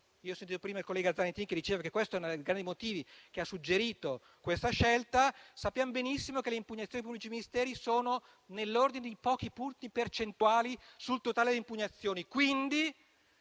Ho sentito prima il collega Zanettin sostenere che questo è uno dei motivi che hanno suggerito tale scelta. Ma noi sappiamo benissimo che le impugnazioni da parte dei pubblici ministeri sono nell'ordine di pochi punti percentuali sul totale delle impugnazioni. Quindi,